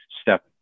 step